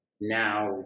now